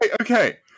okay